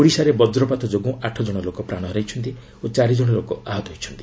ଓଡ଼ିଶାରେ ବଜ୍ରପାତ ଯୋଗୁଁ ଆଠ ଜଣ ଲୋକ ପ୍ରାଣ ହରାଇଛନ୍ତି ଓ ଚାରି କଣ ଲୋକ ଆହତ ହୋଇଛନ୍ତି